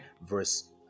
verse